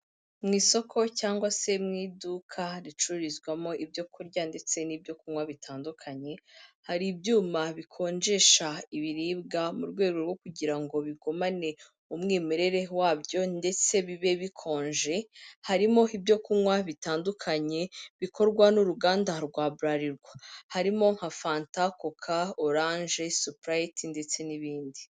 Mu isoko cyangwa se mu iduka ricururizwamo ibyo kurya ndetse n'ibyokunywa bitandukanye, hari ibyuma bikonjesha ibiribwa mu rwego rwo kugira ngo bigumane umwimerere wabyo ndetse bibe bikonje, harimo ibyo kunywa bitandukanye bikorwa n'uruganda rwa Buralirwa, harimo nka fanta koka, orange, supriyite ndetse n'ibindi.